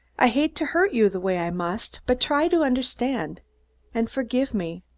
i hate to hurt you the way i must, but try to understand and forgive me.